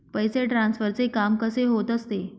पैसे ट्रान्सफरचे काम कसे होत असते?